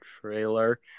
trailer